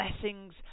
Blessings